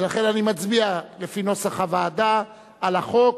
ולכן אני מצביע לפי נוסח הוועדה על החוק,